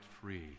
free